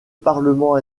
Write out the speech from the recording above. parlement